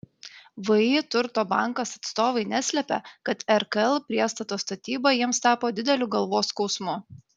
vį turto bankas atstovai neslepia kad rkl priestato statyba jiems tapo dideliu galvos skausmu